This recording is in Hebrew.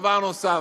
דבר נוסף,